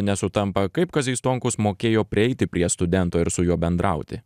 nesutampa kaip kazys stonkus mokėjo prieiti prie studento ir su juo bendrauti